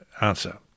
answer